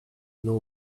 know